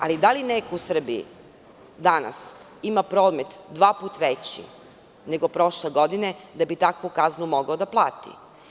Ali, da li neko u Srbiji danas ima promet dva puta veći nego prošle godine da bi takvu kaznu mogao da plati?